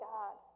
God